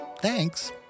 Thanks